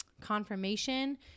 confirmation